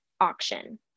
auction